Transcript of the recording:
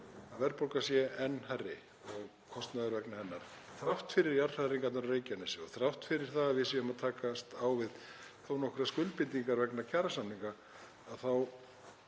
að verðbólga sé enn há og kostnaður vegna hennar og þrátt fyrir jarðhræringarnar á Reykjanesi og þrátt fyrir að við séum að takast á við þó nokkrar skuldbindingar vegna kjarasamninga, þá